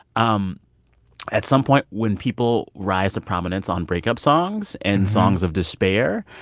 um at some point, when people rise to prominence on breakup songs and songs of despair,